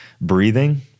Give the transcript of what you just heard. breathing